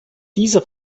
dieser